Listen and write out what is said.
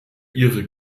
ihre